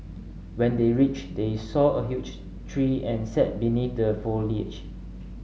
when they reached they saw a huge tree and sat beneath the foliage